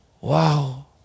wow